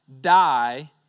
die